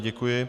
Děkuji.